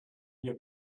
wir